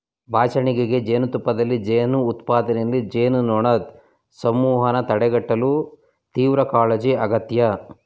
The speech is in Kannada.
ಬಾಚಣಿಗೆ ಜೇನುತುಪ್ಪದಲ್ಲಿ ಜೇನು ಉತ್ಪಾದನೆಯಲ್ಲಿ, ಜೇನುನೊಣದ್ ಸಮೂಹನ ತಡೆಗಟ್ಟಲು ತೀವ್ರಕಾಳಜಿ ಅಗತ್ಯ